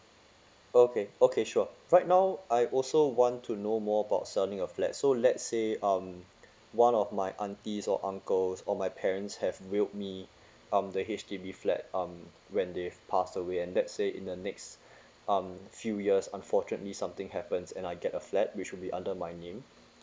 okay okay sure right now I also want to know more about selling a flat so let's say um one of my aunties or uncles or my parents have build me um the H_D_B flat um when they've pass away and let say in the next um few years unfortunately something happens and I get a flat which will be under my name